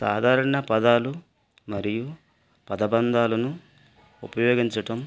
సాధారణ పదాలు మరియు పదబంధాలను ఉపయోగించటం